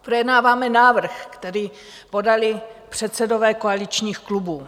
Projednáváme návrh, který podali předsedové koaličních klubů.